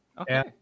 Okay